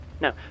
No